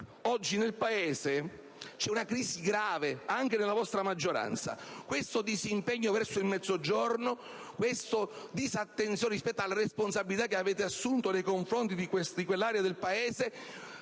Oggi nel Paese c'è una crisi grave, come c'è nella vostra maggioranza: il vostro disimpegno verso il Mezzogiorno, la disattenzione che mostrate in merito alle responsabilità che avete assunto nei confronti di quell'area del Paese